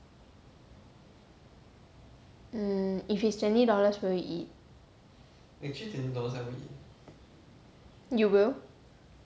mm if it's twenty dollars will you eat you will